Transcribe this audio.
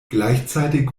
gleichzeitig